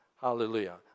Hallelujah